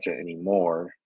anymore